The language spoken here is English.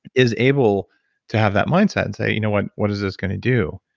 is able to have that mindset and say, you know what? what is this going to do?